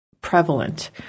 prevalent